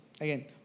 again